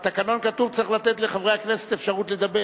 בתקנון כתוב: צריך לתת לחברי הכנסת אפשרות לדבר.